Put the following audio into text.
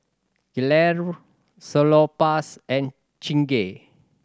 Gelare Salonpas and Chingay